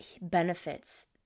benefits